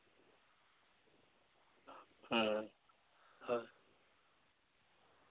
ᱦᱩᱸ ᱦᱳᱭ